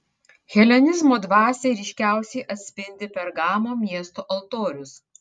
helenizmo dvasią ryškiausiai atspindi pergamo miesto altorius